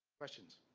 questions?